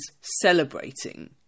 celebrating